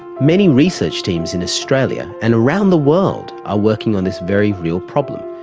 many research teams in australia and around the world are working on this very real problem,